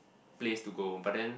place to go but then